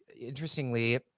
interestingly